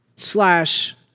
slash